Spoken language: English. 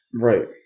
Right